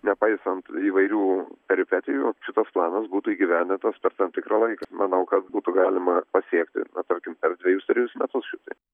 nepaisant įvairių peripetijų šitoks planas būtų įgyvendintas per tam tikrą laiką manau kad būtų galima pasiekti na tarkim per dvejus trejus metus šitai